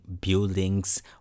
buildings